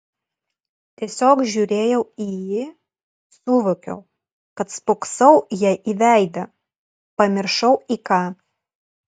tiesiog žiūrėjau į suvokiau kad spoksau jai į veidą pamiršau į ką